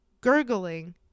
gurgling